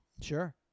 Sure